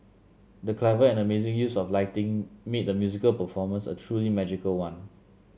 the clever and amazing use of lighting made the musical performance a truly magical one